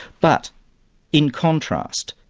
but in contrast,